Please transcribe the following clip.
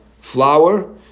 flour